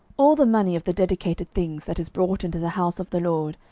all the money of the dedicated things that is brought into the house of the lord,